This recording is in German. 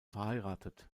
verheiratet